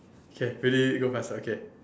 okay ready go faster okay